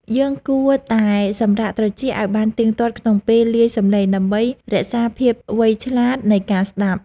យើងគួរតែសម្រាកត្រចៀកឱ្យបានទៀងទាត់ក្នុងពេលលាយសំឡេងដើម្បីរក្សាភាពវៃឆ្លាតនៃការស្ដាប់។